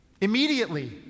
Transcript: Immediately